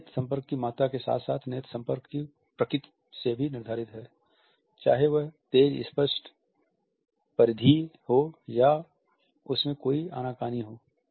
यह नेत्र संपर्क की मात्रा के साथ साथ नेत्र संपर्क की प्रकृति से निर्धारित है चाहे वह तेज स्पष्ट परिधीय हो या उसमें कोई आनाकानी हो